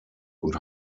und